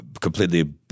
completely